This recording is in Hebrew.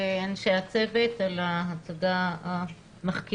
תודה רבה ולאנשי הצוות על ההצגה המחכימה.